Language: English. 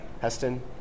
Heston